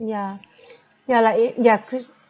ya ya like it ya crease